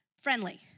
friendly